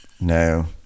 No